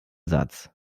satz